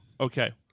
Okay